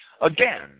Again